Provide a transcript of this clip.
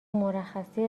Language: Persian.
مرخصی